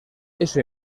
eso